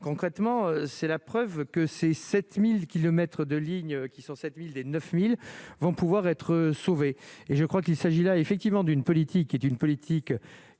concrètement, c'est la preuve que ces 7000 kilomètres de lignes qui 107000 et 9000 vont pouvoir être sauvés et je crois qu'il s'agit là effectivement d'une politique qui est une politique